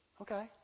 Okay